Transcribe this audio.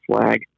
flag